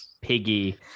Piggy